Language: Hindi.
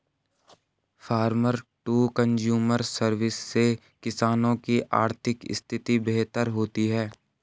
फार्मर टू कंज्यूमर सर्विस से किसानों की आर्थिक स्थिति बेहतर होती है